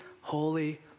holy